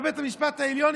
בבית המשפט העליון,